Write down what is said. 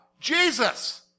Jesus